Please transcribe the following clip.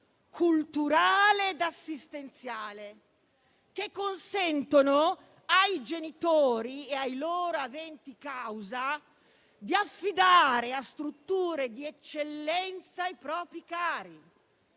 culturale e assistenziale, che consentono ai genitori e ai loro aventi causa di affidare a strutture di eccellenza i propri cari,